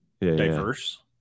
diverse